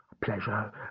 pleasure